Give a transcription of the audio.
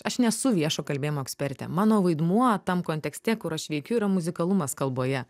aš nesu viešo kalbėjimo ekspertė mano vaidmuo tam kontekste kur aš veikiu yra muzikalumas kalboje